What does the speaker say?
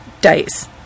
dice